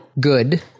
good